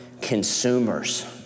consumers